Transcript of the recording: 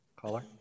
Caller